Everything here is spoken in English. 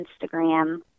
Instagram